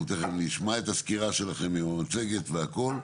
תיכף נשמע את הסקירה שלכם עם המצגת והכל,